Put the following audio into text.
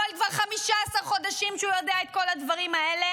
אבל כבר 15 חודשים שהוא יודע את כל הדברים האלה